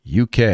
UK